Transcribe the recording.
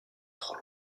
trop